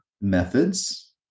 methods